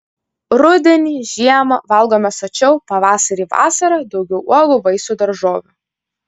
rudenį žiemą valgome sočiau pavasarį vasarą daugiau uogų vaisių daržovių